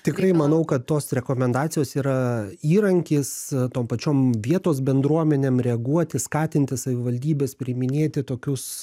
tikrai manau kad tos rekomendacijos yra įrankis tom pačiom vietos bendruomenėm reaguoti skatinti savivaldybes priiminėti tokius